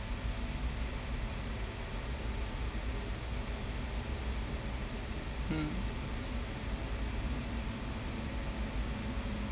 mm